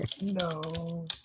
No